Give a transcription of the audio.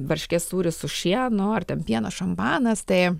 varškės sūris su šienu ar ten pieno šampanas tai